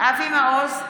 אבי מעוז,